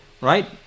right